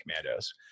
commandos